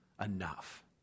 enough